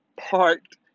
parked